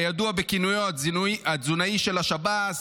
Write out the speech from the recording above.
הידוע בכינויו "התזונאי של השב"ס"